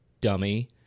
dummy